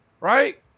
right